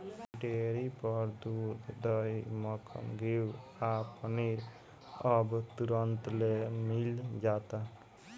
dairy पर दूध, दही, मक्खन, घीव आ पनीर अब तुरंतले मिल जाता